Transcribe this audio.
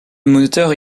moteur